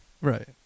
Right